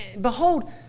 Behold